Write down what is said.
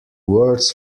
words